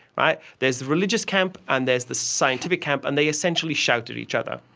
but there is the religious camp and there is the scientific camp, and they essentially shout at each other.